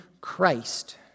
Christ